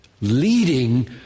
leading